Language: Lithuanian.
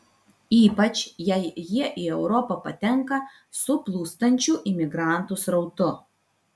ypač jei jie į europą patenka su plūstančiu imigrantų srautu